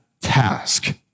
task